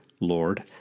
Lord